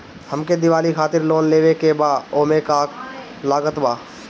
हमके दिवाली खातिर लोन लेवे के बा ओमे का का लागत बा?